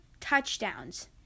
touchdowns